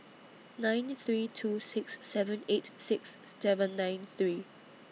nine three two six seven eight six seven nine three